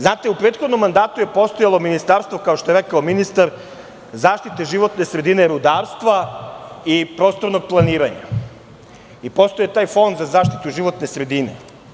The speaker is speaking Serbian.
Znate, u prethodnom mandatu je postojalo ministarstvo, kao što je ministar rekao, zaštite životne sredine, rudarstva i prostornog planiranja i postojao je taj Fond za zaštitu životne sredine.